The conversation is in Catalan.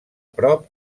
prop